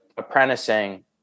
Apprenticing